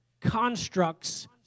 constructs